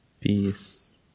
peace